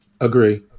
agree